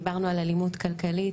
דיברנו על אלימות כלכלית,